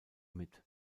mit